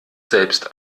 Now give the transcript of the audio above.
selbst